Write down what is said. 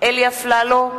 אלי אפללו,